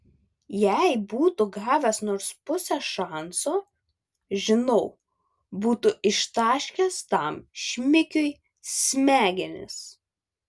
jei būtų gavęs nors pusę šanso žinau būtų ištaškęs tam šmikiui smegenis